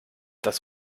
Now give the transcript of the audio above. das